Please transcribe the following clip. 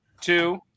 two